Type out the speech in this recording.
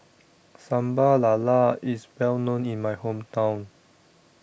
Sambal Lala IS Well known in My Hometown